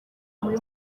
muri